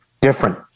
different